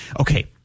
okay